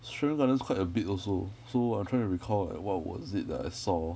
serangoon gardens quite a bit also so I'm trying to recall like what was it that I saw